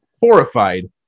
horrified